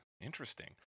Interesting